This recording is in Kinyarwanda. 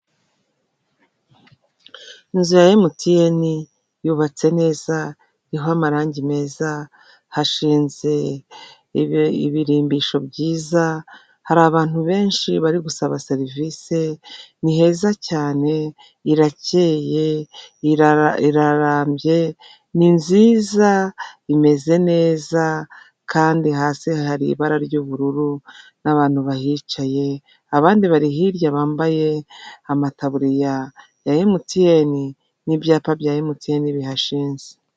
Inzu ya emutiyeni yubatse neza iriiho amarangi meza hashinze ibirimbisho byiza hari abantu benshi bari gusaba serivisi niheza cyane irakeye irarambye nizi imeze neza kandi hasi hari ibara ry'ubururu n'abantu bahicaye abandi bari hirya bambaye amataburiya ya emutiyeni n'ibyapa bya emutiyeni bihashinze.